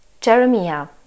Jeremiah